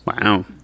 Wow